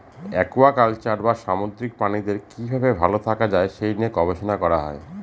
aquaculture বা সামুদ্রিক প্রাণীদের কি ভাবে ভালো থাকা যায় সে নিয়ে গবেষণা করা হয়